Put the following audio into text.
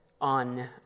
on